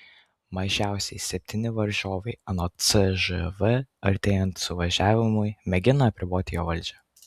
mažiausiai septyni varžovai anot cžv artėjant suvažiavimui mėgina apriboti jo valdžią